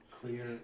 Clear